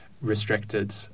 restricted